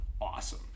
Awesome